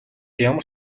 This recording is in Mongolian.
ямар